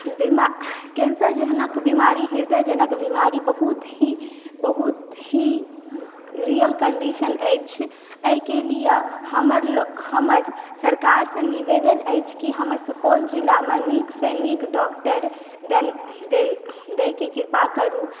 बिमा कैंसर जहनक बीमारी हृदय जनक बीमारी बहुत ही बहुत ही रियल कन्डीशन अछि एहिके लिअ हमर हमर सरकारसँ निवेदन अछि कि हमर सुपौल जिलामे नीकसँ नीक डॉक्टर दऽ दय दयके कृपा करू